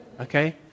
Okay